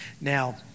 Now